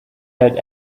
had